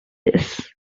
this